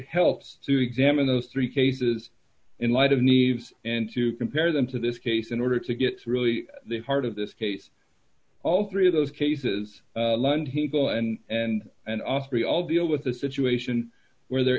helps to examine those three cases in light of needs and to compare them to this case in order to get really the heart of this case all three of those cases lund he go and and and off we all deal with a situation where there